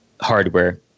hardware